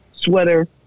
sweater